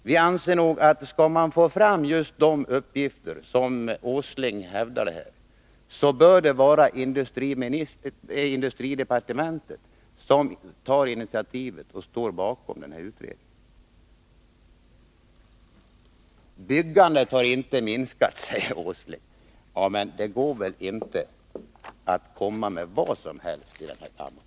Vi anser att det, om man skall få fram just de uppgifter Nils Åsling talade om här, bör vara industridepartementet som tar initiativ och står bakom utredningen. Byggandet har inte minskat, säger Nils Åsling. Men det går väl inte att föra fram vad som helst i den här kammaren!